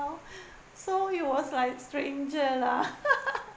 ~ow so he was like stranger lah